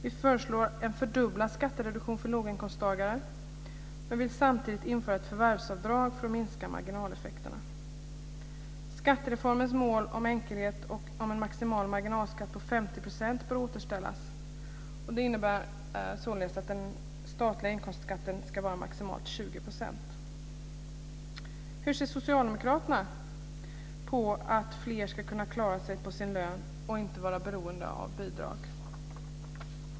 Vi föreslår en fördubblad skattereduktion för låginkomsttagare men vill samtidigt införa ett förvärvsavdrag för att minska marginaleffekterna. Skattereformens mål om enkelhet och en maximal marginalskatt på 50 % bör återställas. Det innebär således att den statliga inkomstskatten ska vara maximalt 20 %. Hur ser Socialdemokraterna på att fler ska kunna klara sig på sin lön och inte vara beroende av bidrag?